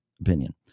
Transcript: opinion